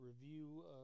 review